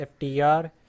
FTR